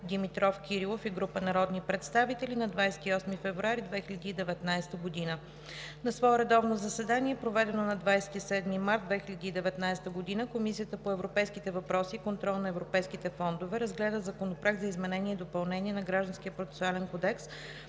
Димитров Кирилов и група народни представители на 28 февруари 2019 г. На свое редовно заседание, проведено на 27 март 2019 г., Комисията по европейските въпроси и контрол на европейските фондове разгледа Законопроект за изменение и допълнение на Гражданския процесуален кодекс,